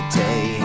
day